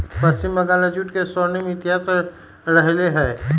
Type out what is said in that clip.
पश्चिम बंगाल में जूट के स्वर्णिम इतिहास रहले है